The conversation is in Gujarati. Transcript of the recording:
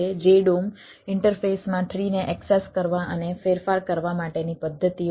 JDOM ઈન્ટરફેસમાં ટ્રીને એક્સેસ કરવા અને ફેરફાર કરવા માટેની પદ્ધતિઓ છે